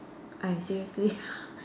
I seriously